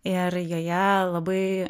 ir joje labai